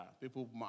People